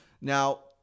Now